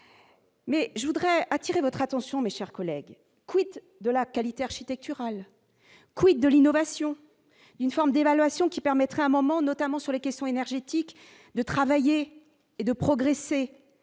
Mais je voudrais attirer votre attention mais, chers collègues, quid de la qualité architecturale, quid de l'innovation, une forme d'évaluation qui permettrait un moment notamment sur les questions énergétiques, de travailler et de progresser,